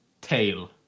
Tail